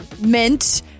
mint